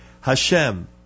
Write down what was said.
Hashem